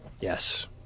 Yes